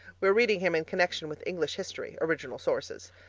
we're reading him in connection with english history, original sources.